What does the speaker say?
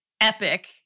epic